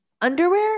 Underwear